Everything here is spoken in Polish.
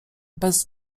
bez